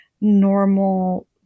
normal